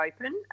open